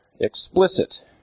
explicit